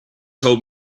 told